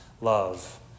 love